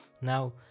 Now